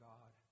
God